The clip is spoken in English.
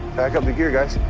pack up the gear, guys.